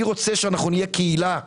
אני רוצה שאנחנו נהיה קהילה - יהודים,